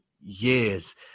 years